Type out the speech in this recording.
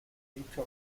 dicho